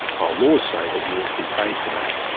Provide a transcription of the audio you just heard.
our laws say that you ought to be paid for that.